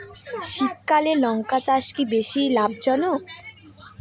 শীতকালে লঙ্কা চাষ কি বেশী লাভজনক?